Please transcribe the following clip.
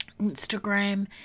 Instagram